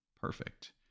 perfect